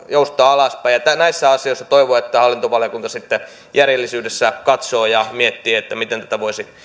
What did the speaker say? joustaa alaspäin näissä asioissa toivon että hallintovaliokunta sitten järjellisyydessä katsoo ja miettii miten tätä voisi